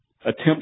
attempts